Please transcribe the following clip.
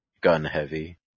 gun-heavy